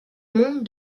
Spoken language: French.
monde